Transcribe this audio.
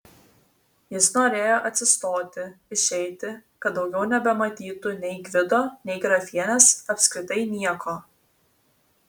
jis norėjo atsistoti išeiti kad daugiau nebematytų nei gvido nei grafienės apskritai nieko